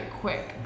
quick